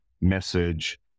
message